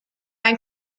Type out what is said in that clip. ein